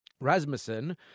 Rasmussen